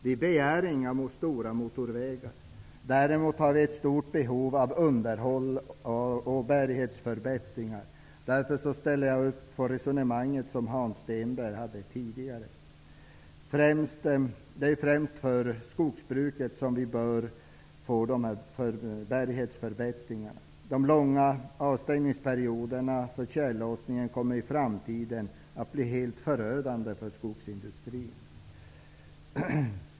Vi begär inga stora motorvägar, däremot har vi ett stort behov av underhåll och bärighetsförbättringar. Jag ställer därför upp på det resonemang som Hans Stenberg förde tidigare. Det är främst med tanke på skogsbruket som de här bärighetsförbättringarna bör göras. De långa avstängningsperioderna under tjällossningen kommer i framtiden att bli helt förödande för vår skogsindustri.